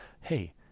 hey